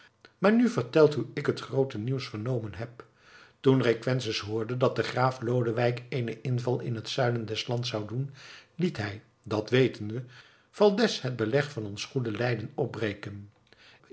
maar nu verteld hoe ik het groote nieuws vernomen heb toen requesens hoorde dat graaf lodewijk eenen inval in het zuiden des lands zou doen liet hij dat weten we valdez het beleg van ons goede leiden opbreken